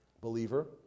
Believer